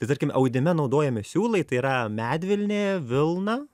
tai tarkim audime naudojami siūlai tai yra medvilnė vilna